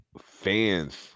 fans